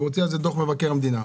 הוא הוציא על זה דוח מבקר מדינה.